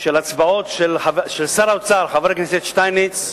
הצבעות של שר האוצר, חבר הכנסת שטייניץ,